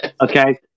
Okay